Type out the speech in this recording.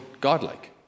godlike